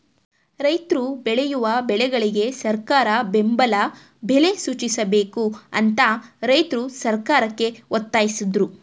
ರೈತ್ರು ಬೆಳೆಯುವ ಬೆಳೆಗಳಿಗೆ ಸರಕಾರ ಬೆಂಬಲ ಬೆಲೆ ಸೂಚಿಸಬೇಕು ಅಂತ ರೈತ್ರು ಸರ್ಕಾರಕ್ಕೆ ಒತ್ತಾಸಿದ್ರು